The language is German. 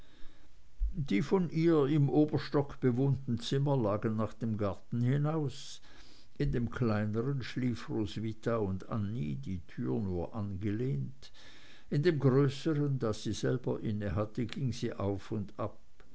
die von ihr im oberstock bewohnten zimmer lagen nach dem garten hinaus in dem kleineren schliefen roswitha und annie die tür nur angelehnt in dem größeren das sie selber innehatte ging sie auf und ab